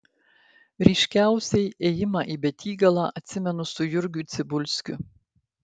ryškiausiai ėjimą į betygalą atsimenu su jurgiu cibulskiu